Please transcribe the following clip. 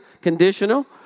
conditional